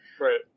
right